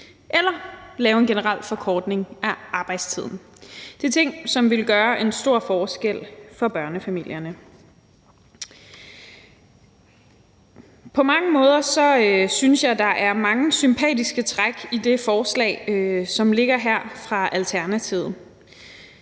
eller lave en generel forkortelse af arbejdstiden. Det er ting, som ville gøre en stor forskel for børnefamilierne. På mange måder synes jeg der er mange sympatiske træk i det forslag, som ligger her fra Alternativet.